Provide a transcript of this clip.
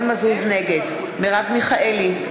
נגד מרב מיכאלי,